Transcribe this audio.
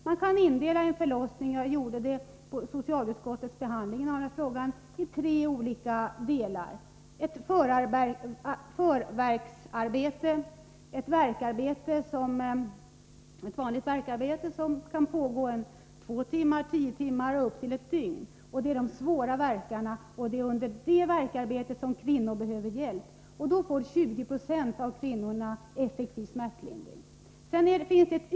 Man kan, som jag framhöll vid socialutskottets behandling, indela en förlossning i tre olika delar: ett förvärksarbete, ett vanligt värkarbete och ett utdrivningsskede. Det vanliga värkarbetet kan pågå 2-10 timmar och upp till ett dygn. Det är de svåra värkarna, och det är under detta arbete som kvinnorna behöver hjälp. Då får 20 70 av kvinnorna en effektiv smärtlindring.